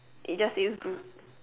it just says group